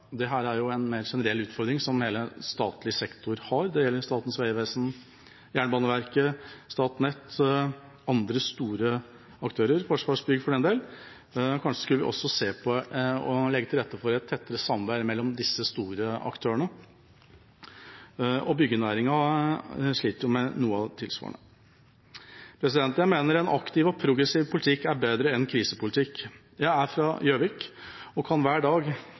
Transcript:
er en mer generell utfordring som hele statlig sektor har. Det gjelder Statens vegvesen, Jernbaneverket, Statnett og andre store aktører – Forsvarsbygg for den del. Kanskje skulle vi også se på og legge til rette for et tettere samarbeid mellom disse store aktørene? Byggenæringen sliter med noe av det tilsvarende. Jeg mener en aktiv og progressiv politikk er bedre enn krisepolitkkk. Jeg er fra Gjøvik og kan hver dag